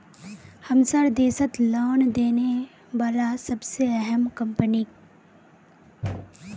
हमसार देशत लोन देने बला सबसे अहम कम्पनी क